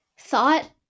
thought